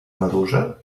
medusa